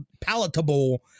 palatable